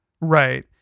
Right